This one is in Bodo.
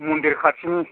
मन्दिर खाथिनि